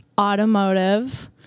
automotive